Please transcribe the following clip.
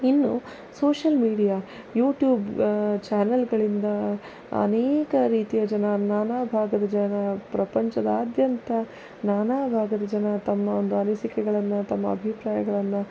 ಇನ್ನು social media YouTube ಚಾನೆಲ್ಗಳಿಂದ ಅನೇಕ ರೀತಿಯ ಜನ ನಾನಾ ಭಾಗದ ಜನ ಪ್ರಪಂಚದಾದ್ಯಂತ ನಾನಾ ಭಾಗದ ಜನ ತಮ್ಮ ಒಂದು ಅನಿಸಿಕೆಗಳನ್ನು ತಮ್ಮ ಅಭಿಪ್ರಾಯಗಳನ್ನು